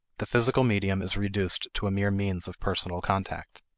the physical medium is reduced to a mere means of personal contact.